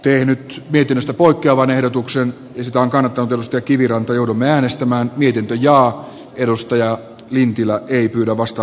tehdyt mietinnöstä poikkeavan ehdotuksen takana tutusta kiviranta joudun äänestämään viritelty kannatan edustaja lintilän esitystä